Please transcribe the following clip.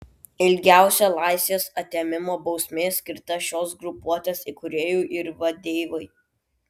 ilgiausia laisvės atėmimo bausmė skirta šios grupuotės įkūrėjui ir vadeivai